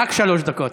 רק שלוש דקות.